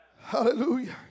Hallelujah